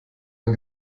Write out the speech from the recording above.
ein